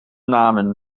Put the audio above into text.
namen